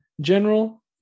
general